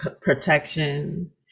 protection